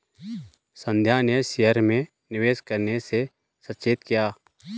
संध्या ने शेयर में निवेश करने से सचेत किया